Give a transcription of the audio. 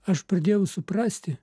aš pradėjau suprasti